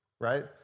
right